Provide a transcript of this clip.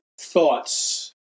thoughts